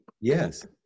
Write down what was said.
Yes